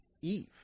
Eve